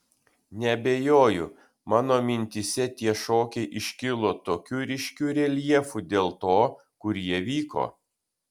neabejoju mano mintyse tie šokiai iškilo tokiu ryškiu reljefu dėl to kur jie vyko